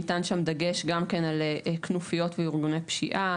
ניתן שם דגש גם כן על כנופיות וארגוני פשיעה.